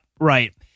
right